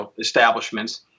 establishments